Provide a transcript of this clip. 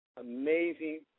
amazing